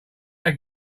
that